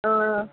ஆ